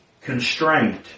constraint